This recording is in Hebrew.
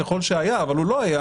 ככל שהיה אבל הוא לא היה